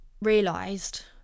realised